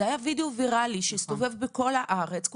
זה היה וידאו ויראלי שהסתובב בכל הארץ.